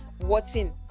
watching